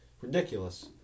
ridiculous